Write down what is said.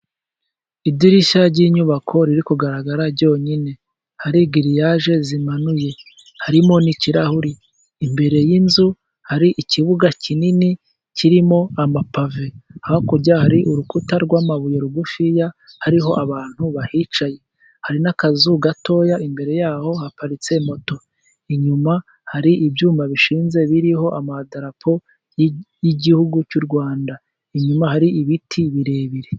Idirishya ry'inyubako riri kugaragara ryonyine, hari giriyaje zimanuye harimo n'ikirahuri, imbere y'inzu hari ikibuga kinini kirimo amapave hakurya hari urukuta rw'amabuye rugufiya ,hariho abantu bahicaye hari n'akazu gatoya imbere y'aho haparitse moto. Inyuma hari ibyuma bishinze biriho amadarapo y'igihugu cy'u Rwanda, inyuma hari ibiti birebire.